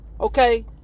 okay